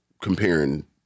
comparing